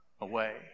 away